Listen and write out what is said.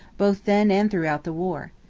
both then and throughout the war.